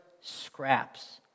scraps